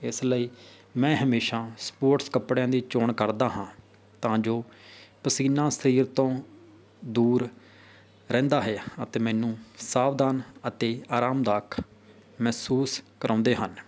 ਇਸ ਲਈ ਮੈਂ ਹਮੇਸ਼ਾ ਸਪੋਰਟਸ ਕੱਪੜਿਆਂ ਦੀ ਚੋਣ ਕਰਦਾ ਹਾਂ ਤਾਂ ਜੋ ਪਸੀਨਾ ਸਰੀਰ ਤੋਂ ਦੂਰ ਰਹਿੰਦਾ ਹੈ ਅਤੇ ਮੈਨੂੰ ਸਾਵਧਾਨ ਅਤੇ ਆਰਾਮਦਾਇਕ ਮਹਿਸੂਸ ਕਰਵਾਉਂਦੇ ਹਨ